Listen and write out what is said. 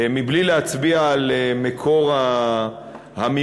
מבלי להצביע על מקור המימון,